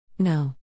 No